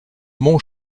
mon